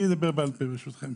אני אדבר בעל-פה, ברשותכם.